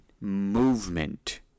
movement